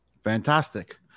Fantastic